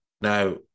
Now